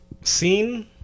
scene